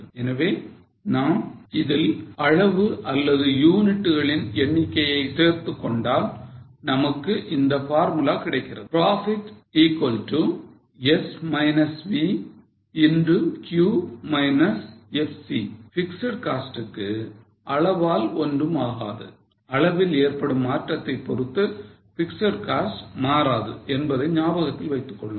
எனவே நாம் இதில் அளவு அல்லது யூனிட்டுகளின் எண்ணிக்கையை சேர்த்துக்கொண்டால் நமக்கு இந்த பார்முலா கிடைக்கிறது Profit Q FC fixed cost க்கு அளவால் ஒன்றும் ஆகாது அளவில் ஏற்படும் மாற்றத்தை பொறுத்து பிக்ஸட் காஸ்ட் மாறாது என்பதை ஞாபகத்தில் வைத்துக் கொள்ளுங்கள்